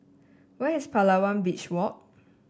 where is Palawan Beach Walk